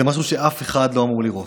זה משהו שאף אחד לא אמור לראות,